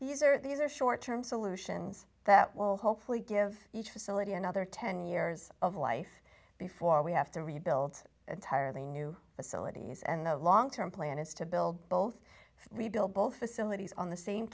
are these are short term solutions that will hopefully give each facility another ten years of life before we have to rebuild entirely new facilities and the long term plan is to build both rebuild both facilities on the same